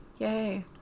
Yay